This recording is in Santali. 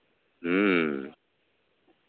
ᱦᱮᱸ